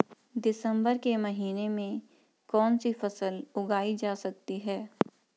दिसम्बर के महीने में कौन सी फसल उगाई जा सकती है?